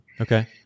Okay